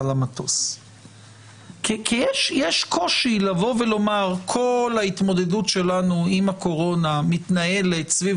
למטוס כי יש קושי לומר שכל ההתמודדות שלנו עם הקורונה מתנהלת סביב